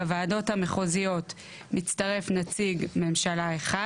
בוועדות המחוזיות מצטרף נציג ממשלה אחד